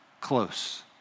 close